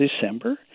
December